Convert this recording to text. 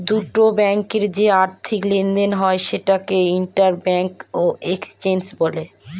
দুটো ব্যাঙ্কে যে আর্থিক লেনদেন হয় সেটাকে ইন্টার ব্যাঙ্ক এক্সচেঞ্জ বলে